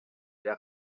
der